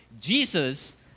Jesus